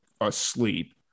asleep